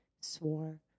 swore